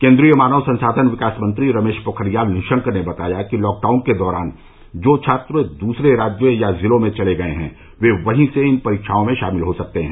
केन्द्रीय मानव संसाधन विकास मंत्री रमेश पोखरियाल निशंक ने बताया है कि लॉकडाउन के दौरान जो छात्र दूसरे राज्य या जिले में चले गए हैं वे वहीं से इन परीक्षाओं में शामिल हो सकते हैं